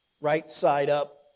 right-side-up